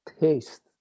taste